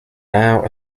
now